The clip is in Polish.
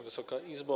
Wysoka Izbo!